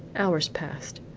hours passed.